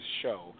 show